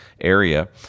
area